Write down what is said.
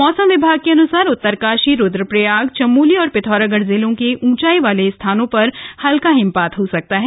मौसम विभाग के अन्सार उत्तरकाशी रुद्रप्रयाग चमोली और पिथौरागढ़ जिलों के ऊंचाई वाले इलाकों में हल्का हिमपात हो सकता है